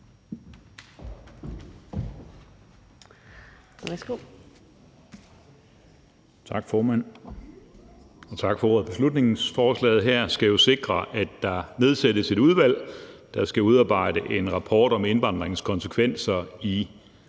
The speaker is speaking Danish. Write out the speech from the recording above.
Tak, formand, og tak for ordet. Beslutningsforslaget her skal jo sikre, at der nedsættes et udvalg, der skal udarbejde en rapport om indvandringens konsekvenser i